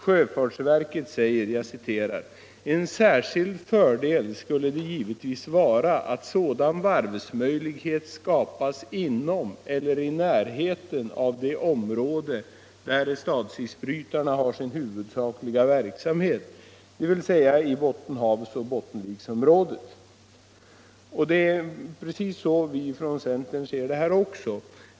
Sjöfartsverket anför: ”En särskild fördel skulle det givetvis vara att sådan varvsmöjlighet skapas inom eller i närheten av det område där statsisbrytarna har sin huvudsakliga verksamhet, dvs. t Bottenhavsoch Bottenviksområdet.” Just så ser centern det också.